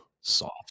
Soft